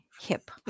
hip